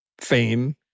fame